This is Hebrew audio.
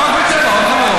לא רק בטבע,